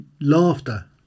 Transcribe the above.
laughter